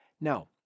Now